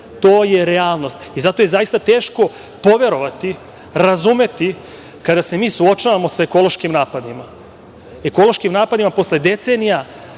To je realnost. Zato je zaista teško poverovati, razumeti kada se mi suočavamo sa ekološkim napadima, ekološkim napadima posle decenija